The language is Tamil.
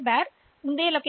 எல் ஜோடி டி